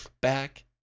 Back